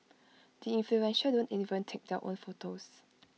the influential don't even take their own photos